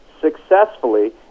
successfully